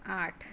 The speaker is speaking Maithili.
आठ